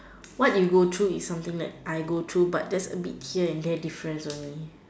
what you go through is something like I go through but just a bit here and there difference only